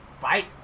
fight